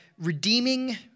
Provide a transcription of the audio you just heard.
redeeming